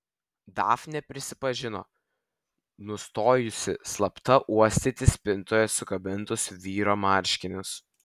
dafnė prisipažino nustojusi slapta uostyti spintoje sukabintus vyro marškinius